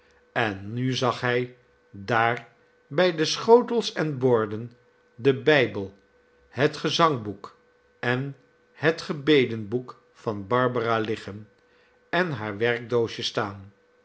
en nu zag hij daar bij de schotels en borden den bijbel het gezangboek en het gebedenboek van barbara liggen en haar werkdoosje staan